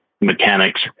mechanics